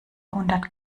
hundert